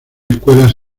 escuelas